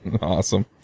Awesome